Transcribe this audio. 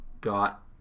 got